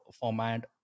format